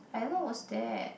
I don't know what's that